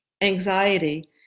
anxiety